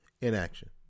inaction